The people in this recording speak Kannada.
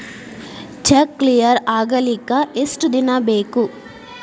ಚೆಕ್ ಕ್ಲಿಯರ್ ಆಗಲಿಕ್ಕೆ ಎಷ್ಟ ದಿನ ಬೇಕು?